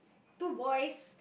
two boys